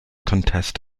contest